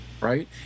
right